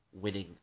winning